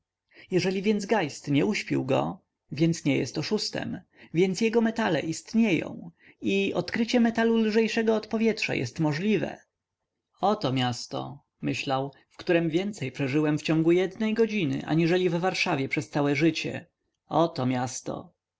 jeżeli więc geist nie uśpił go więc nie jest oszustem więc jego metale istnieją i odkrycie metalu lżejszego od powietrza jest możliwe oto miasto myślał w którem więcej przeżyłem wciągu jednej godziny aniżeli w warszawie przez całe życie oto miasto